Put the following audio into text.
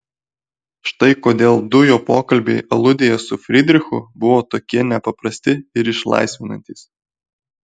štai kodėl du jo pokalbiai aludėje su frydrichu buvo tokie nepaprasti ir išlaisvinantys